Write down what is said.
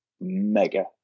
mega